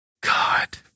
God